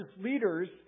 leaders